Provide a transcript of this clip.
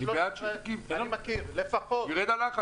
--- יש, לפחות, 16 ועדות